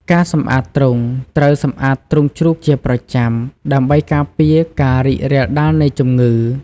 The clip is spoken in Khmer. ការសម្អាតទ្រុង ត្រូវសម្អាតទ្រុងជ្រូកជាប្រចាំ ដើម្បីការពារការរីករាលដាលនៃជំងឺ។